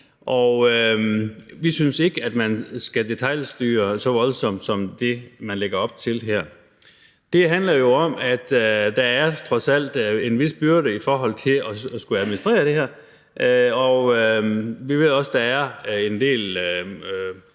vi synes ikke, at man skal detailstyre så voldsomt som det, man lægger op til her. Det handler jo om, at der trods alt er en vis byrde i forhold til at skulle administrere det her, og vi ved også, at der er en del